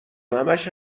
همش